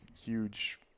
huge